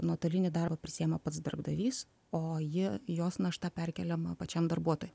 nuotolinį darbą prisiima pats darbdavys o ji jos našta perkeliama pačiam darbuotojui